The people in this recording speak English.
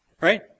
right